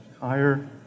Higher